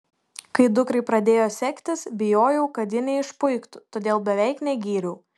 kai dukrai pradėjo sektis bijojau kad ji neišpuiktų todėl beveik negyriau